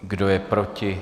Kdo je proti?